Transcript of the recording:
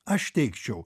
aš teigčiau